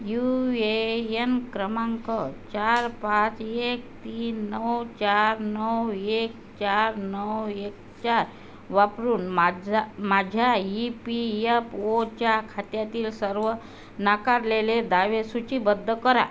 you A N क्रमांक चार पाच एक तीन नऊ चार नऊ एक चार नऊ एक चार वापरून माझा माझ्या ई पी यफ ओच्या खात्यातील सर्व नाकारलेले दावे सूचीबद्ध करा